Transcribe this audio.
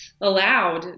allowed